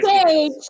stage